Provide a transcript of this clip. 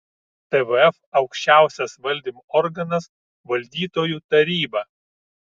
tvf aukščiausias valdymo organas valdytojų taryba